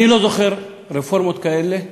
אני לא זוכר רפורמות כאלה שמועברות,